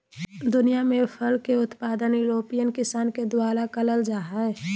दुनियां में फर के उत्पादन यूरोपियन किसान के द्वारा करल जा हई